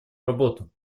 работу